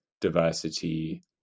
diversity